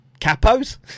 Capos